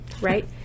right